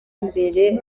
imbere